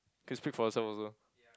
can speak for yourself also